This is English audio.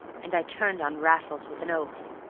and i turned on raffles with an oath.